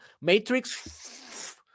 matrix